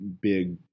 big